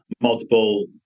multiple